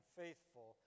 faithful